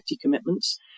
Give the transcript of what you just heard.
commitments